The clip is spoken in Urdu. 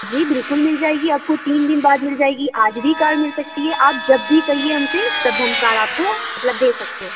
جی بالکل مل جائے گی آپ کو تین دِن بعد مل جائے گی آج بھی کار مل سکتی ہے آپ جب بھی کہیے ہم سے تب ہم کار آپ کو مطلب دے سکتے ہیں